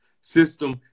system